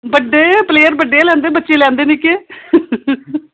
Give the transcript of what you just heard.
बड्डे प्लेयर बड्डे लैंदे बच्चे लैंदे निक्के